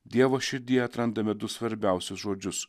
dievo širdyje atrandame du svarbiausius žodžius